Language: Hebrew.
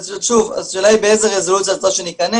שוב, השאלה היא באיזה רזולוציה את רוצה שניכנס.